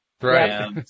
Right